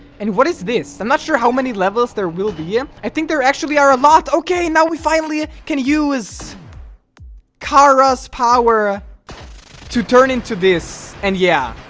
and what is this? i'm not sure how many levels there will be him i think there actually are a lot ok now. we finally can use cara's power to turn into this, and yeah